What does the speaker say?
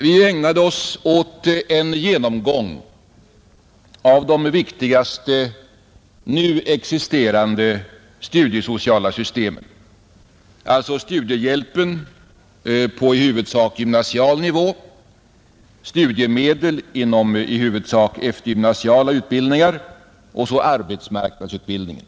Vi ägnade oss åt en genomgång av de viktigaste nu existerande studiesociala systemen, alltså studiehjälpen på i huvudsak gymnasial nivå, studiemedel inom i huvudsak eftergymnasiala utbildningar samt arbetsmarknadsutbildningen.